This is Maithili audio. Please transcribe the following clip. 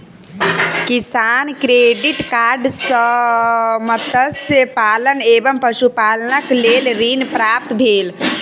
किसान क्रेडिट कार्ड सॅ मत्स्य पालन एवं पशुपालनक लेल ऋण प्राप्त भेल